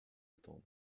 attendre